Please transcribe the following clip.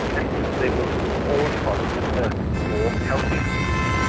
and they will all follow a more healthy route.